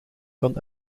kan